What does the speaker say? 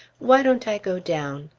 why don't i go down?